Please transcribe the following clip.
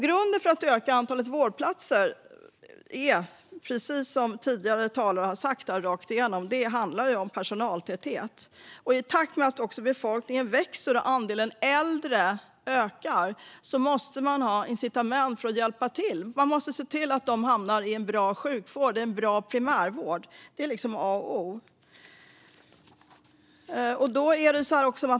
Grunden för att öka antalet vårdplatser är, precis som tidigare talare har sagt, personaltäthet. I takt med att befolkningen växer och andelen äldre ökar måste det finnas incitament för att hjälpa till, och man måste se till att de hamnar i en bra sjukvård och primärvård. Detta är A och O.